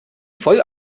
voll